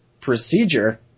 procedure